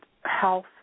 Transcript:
health